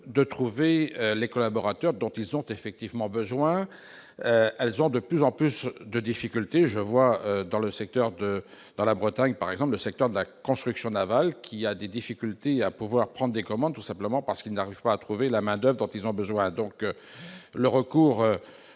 de trouver les collaborateurs dont ils ont effectivement besoin, elles ont de plus en plus de difficultés, je vois dans le secteur de dans la Bretagne par exemple, le secteur de la construction navale qui a des difficultés à pouvoir prendre des commandes, tout simplement parce qu'ils n'arrivent pas à trouver la main Oeuvres dont ils ont besoin,